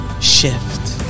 shift